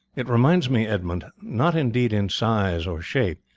it reminds me, edmund, not indeed in size or shape,